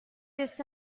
this